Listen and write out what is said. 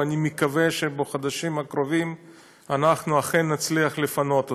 ואני מקווה שבחודשים הקרובים אנחנו אכן נצליח לפנות אותם.